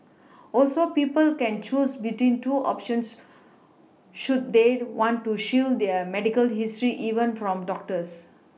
also people can choose between two options should they want to shield their medical history even from doctors